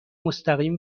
مستقیم